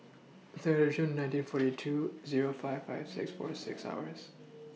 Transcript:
Third of June nineteen forty two Zero five five six forty six hours